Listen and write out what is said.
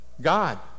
God